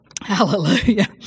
Hallelujah